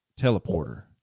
teleporter